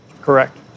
Correct